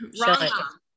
wrong